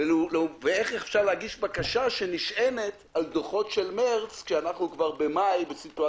ויהיה גם יום